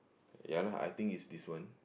ya lah I think is this one